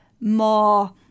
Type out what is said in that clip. more